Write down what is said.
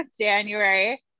January